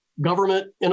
government